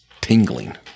tingling